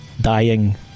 dying